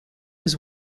was